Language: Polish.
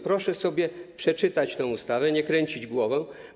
Proszę sobie przeczytać tę ustawę, a nie kręcić głową.